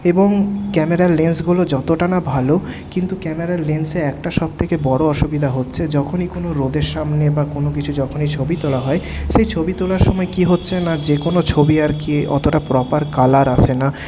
এবং ক্যামেরার লেন্সগুলো যতটা না ভালো কিন্তু ক্যামেরার লেন্সে একটা সব থেকে বড়ো অসুবিধা হচ্ছে যখনই কোনও রোদের সামনে বা কোনও কিছু যখনই ছবি তোলা হয় সেই ছবি তোলার সময় কী হচ্ছে না যেকোনও ছবি আর কী অতটা প্রপার কালার আসে না